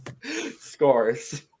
Scores